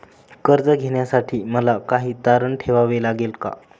कर्ज घेण्यासाठी मला काही तारण ठेवावे लागेल का?